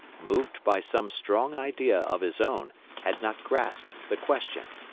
moved by some strong idea of his own, had not grasped the question.